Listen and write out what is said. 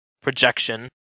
projection